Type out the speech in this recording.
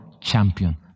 champion